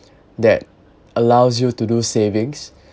that allows you to do savings